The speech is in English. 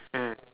mm